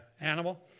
animal